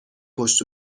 پشت